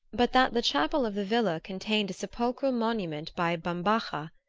but that the chapel of the villa contained sepulchral monument by bambaja,